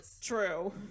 True